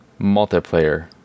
multiplayer